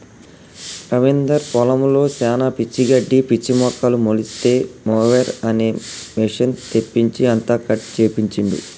రవీందర్ పొలంలో శానా పిచ్చి గడ్డి పిచ్చి మొక్కలు మొలిస్తే మొవెర్ అనే మెషిన్ తెప్పించి అంతా కట్ చేపించిండు